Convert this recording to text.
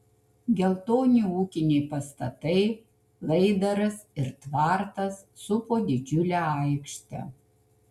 geltoni ūkiniai pastatai laidaras ir tvartas supo didžiulę aikštę